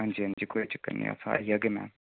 हां जी हां जी कोई चक्कर नीं ऐ आई जाह्गे